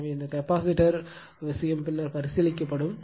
எனவே இந்த கெபாசிட்டர் விஷயம் பின்னர் பரிசீலிக்கப்படும்